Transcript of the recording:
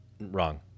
Wrong